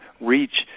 reach